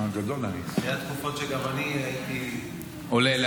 היו תקופות שגם אני הייתי עולה,